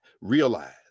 realize